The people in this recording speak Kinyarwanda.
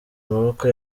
amaboko